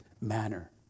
manner